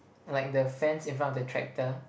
like the fence in front of the tractor